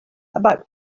about